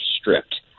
stripped